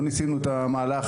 לא ניסינו את המהלך,